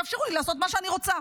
שיאפשרו לי לעשות מה שאני רוצה.